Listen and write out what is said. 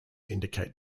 indicate